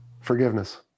Forgiveness